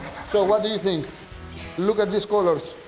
so, what do you think look at these colors!